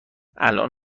الان